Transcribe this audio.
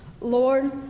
Lord